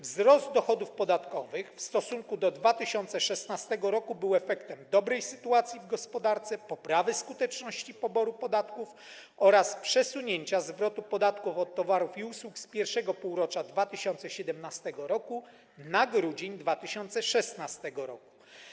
Wzrost dochodów podatkowych w stosunku do 2016 r. był efektem dobrej sytuacji w gospodarce, poprawy skuteczności poboru podatków oraz przesunięcia zwrotu podatków od towarów i usług z I półrocza 2017 r. na grudzień 2016 r.